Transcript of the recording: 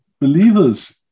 believers